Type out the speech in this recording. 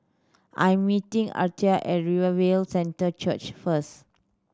I'm meeting Aretha at Revival Centre Church first